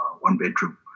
one-bedroom